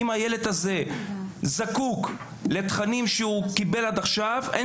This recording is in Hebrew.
אם הילד הזה זקוק לתכנים שהוא קיבל עד עכשיו אין